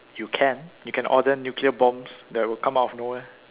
you can you can order nuclear bombs that will come out of no where